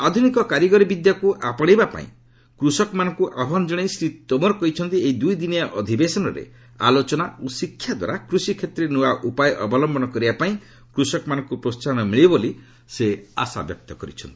ଆଧୁନିକ କାରିଗରୀ ବିଦ୍ୟାକୁ ଆପଶେଇବା ପାଇଁ କୃଷକମାନଙ୍କୁ ଆହ୍ୱାନ ଜଣାଇ ଶ୍ରୀ ତୋମାର କହିଛନ୍ତି ଏହି ଦୁଇଦିନିଆ ଅଧିବେଶନରେ ଆଲୋଚନା ଓ ଶିକ୍ଷା ଦ୍ୱାରା କୃଷି କ୍ଷେତ୍ରରେ ନୃଆ ଉପାୟ ଅବଲମ୍ଭନ କରିବା ପାଇଁ କୃଷକମାନଙ୍କୁ ପ୍ରୋହାହନ ମିଳିବ ବୋଲି ସେ ଆଶାବ୍ୟକ୍ତ କରିଛନ୍ତି